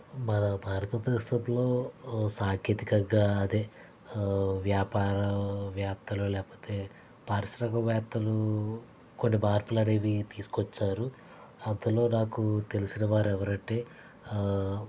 మన భారతదేశంలో సాంకేతికంగా అదే వ్యాపారవేత్తలు లేకపోతే పారిశ్రామిక వేత్తలు కొన్ని మార్పులు అనేవి తీసుకొచ్చారు అందులో నాకు తెలిసిన వారు ఎవరంటే